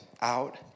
out